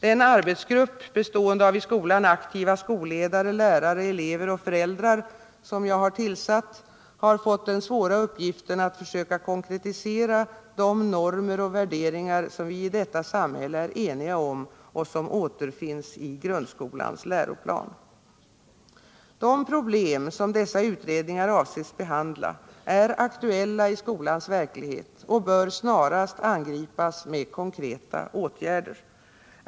Den arbetsgrupp bestående av i skolan aktiva skolledare, lärare, elever och föräldrar som jag har tillsatt har fått den svåra uppgiften att försöka konkretisera de normer och värderingar som vi i detta samhälle är eniga om och som återfinns i grundskolans läroplan. De problem som dessa utredningar avses behandla är aktuella i skolans verklighet och bör snarast angripas med konkreta åtgärder.